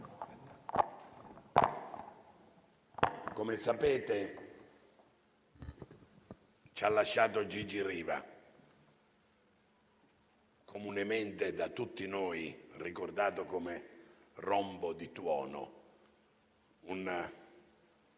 come sapete, ci ha lasciato Gigi Riva, comunemente da tutti noi ricordato come "rombo di tuono", un